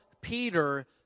Peter